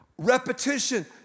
Repetition